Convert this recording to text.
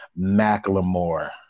McLemore